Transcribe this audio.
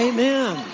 Amen